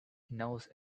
knows